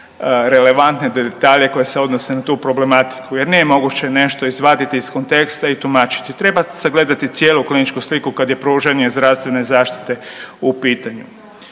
relevantne detalje koji se odnose na tu problematiku jer nije moguće nešto izvaditi iz konteksta i tumačiti, treba sagledati cijelu kliničku sliku kad je pružanje zdravstvene zaštite u pitanju.